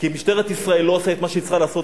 כי משטרת ישראל לא עושה את מה שהיא צריכה לעשות,